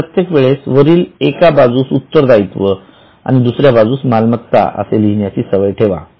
म्हणून प्रत्येक वेळेस वरील एका बाजूस उत्तरदायित्व आणि दुसऱ्या बाजूस मालमत्ता असे लिहिण्याची सवय ठेवा